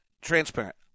transparent